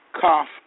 Cough